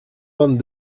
vingt